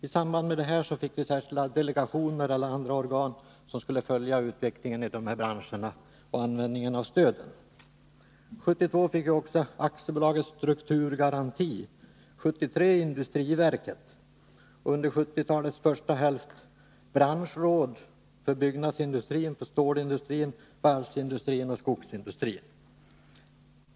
I samband med detta fick vi särskilda delegationer och andra organ som skulle följa utvecklingen av de här branscherna och användningen av stöden. 1972 fick vi också AB Strukturgaranti, 1973 industriverket och under 1970-talets första hälft branschråd för byggnadsindustrin, stålindustrin, varvsindustrin och skogsindustrin.